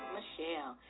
Michelle